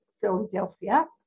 Philadelphia